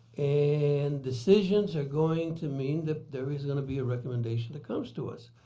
and decisions are going to mean that there is going to be a recommendation that comes to us.